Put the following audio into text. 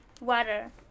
water